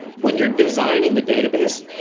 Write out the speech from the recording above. when you're designing the data base,